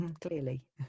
Clearly